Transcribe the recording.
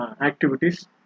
activities